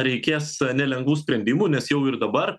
eikės nelengvų sprendimų nes jau ir dabar